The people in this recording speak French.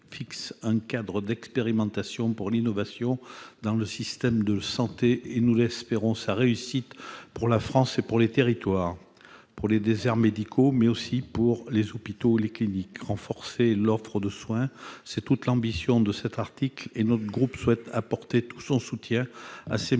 un cadre d'expérimentation pour l'innovation dans le système de santé. Nous espérons son succès, pour la France et nos territoires, pour les déserts médicaux, les hôpitaux ou les cliniques. Renforcer l'offre de soins est toute l'ambition de l'article. Notre groupe souhaite apporter tout son soutien aux mesures